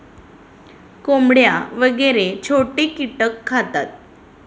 कोंबड्या वगैरे छोटे कीटक खातात